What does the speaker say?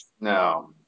No